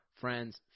friends